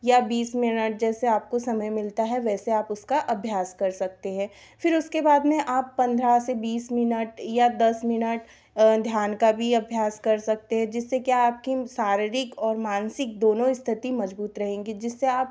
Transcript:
या बीस मिनट जैसे आपको समय मिलता है वैसे आप उसका अभ्यास कर सकते हैं फिर उसके बाद में आप पन्द्रह से बीस मिनट या दस मिनट ध्यान का भी अभ्यास कर सकते हैं जिससे कि आपकी शारीरिक और मानसिक दोनों स्थिति मजबूत रहेंगी जिससे आप